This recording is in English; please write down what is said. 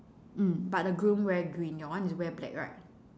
mm but the groom wear green your one is wear black right